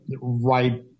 right